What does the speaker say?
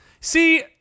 See